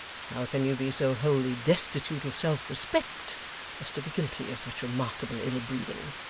how can you be so wholly destitute of self-respect as to be guilty of such remarkable ill-breeding